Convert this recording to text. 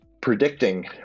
predicting